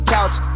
Couch